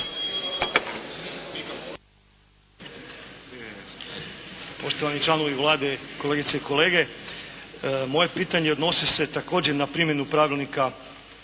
Poštovani članovi Vlade, kolegice i kolege! Moje pitanje odnosi se također na primjenu Pravilnika